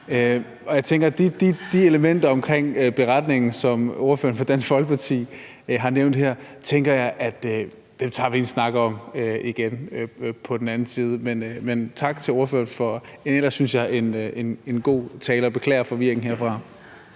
de elementer omkring beretningen, som ordføreren fra Dansk Folkeparti har nævnt her, tænker jeg at vi tager en snak om igen på den anden side af det her. Men tak til ordføreren for en, synes jeg, ellers god tale, og jeg beklager forvirringen herfra.